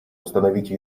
установить